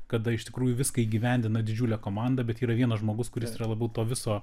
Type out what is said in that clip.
kada iš tikrųjų viską įgyvendina didžiulė komanda bet yra vienas žmogus kuris yra labai to viso